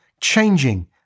changing